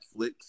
Netflix